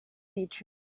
dici